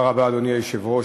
אדוני היושב-ראש,